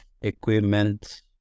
equipment